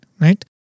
Right